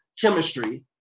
chemistry